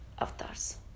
Avatars